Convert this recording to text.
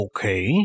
Okay